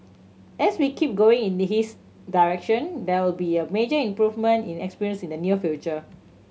as we keep going in the his direction there will be a major improvement in experience in the near future